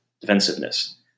defensiveness